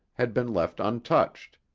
had been left untouched.